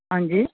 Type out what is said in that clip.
हां जी